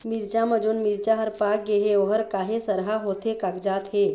मिरचा म जोन मिरचा हर पाक गे हे ओहर काहे सरहा होथे कागजात हे?